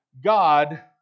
God